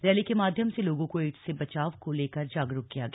rally के माध्यम से लोगों को एड्स से बचाव को लेकर जागरूक किया गया